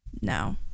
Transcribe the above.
no